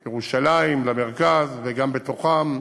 ירושלים, למרכז, וגם בתוכם,